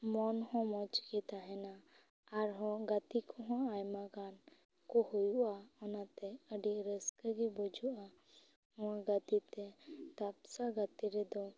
ᱢᱚᱱ ᱦᱚ ᱢᱚᱡᱽ ᱜᱮ ᱛᱟᱦᱮᱱᱟ ᱟᱨ ᱦᱚᱸ ᱜᱟᱛᱮ ᱠᱚᱦᱚᱸ ᱟᱭᱢᱟᱜᱟᱱ ᱠᱚ ᱦᱩᱭᱩᱜᱼᱟ ᱚᱱᱟᱛᱮ ᱟᱹᱰᱤ ᱨᱟᱹᱥᱠᱟᱹᱜᱮ ᱵᱩᱡᱷᱟᱹᱼᱟ ᱱᱚᱣᱟ ᱜᱟᱛᱮ ᱛᱮ ᱫᱟᱯᱥᱟ ᱜᱟᱛᱮ ᱨᱮᱫᱚ